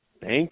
Thank